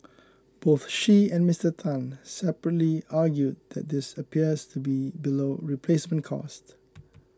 both she and Mister Tan separately argued that this appears to be below replacement cost